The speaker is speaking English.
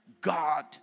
God